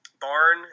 barn